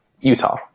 Utah